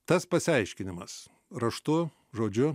tas pasiaiškinimas raštu žodžiu